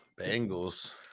Bengals